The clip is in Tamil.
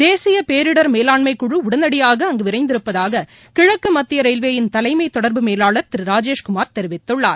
தேசிய பேரிடர் மேலாண்மை குழு உடனடியாக அங்கு விரைந்திருப்பதாக கிழக்குமத்திய ரயில்வேயின் தலைமை தொடர்பு மேலாளர் திரு ராஜேஷ் குமார் தெரிவித்துள்ளார்